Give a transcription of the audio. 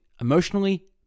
emotionally